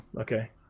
okay